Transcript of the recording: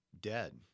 dead